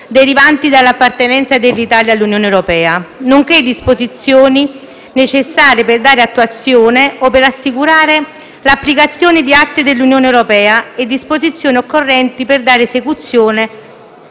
derivanti dall'appartenenza dell'Italia all'Unione europea, nonché disposizioni necessarie per dare attuazione o assicurare l'applicazione di atti dell'Unione europea e disposizioni occorrenti per dare esecuzione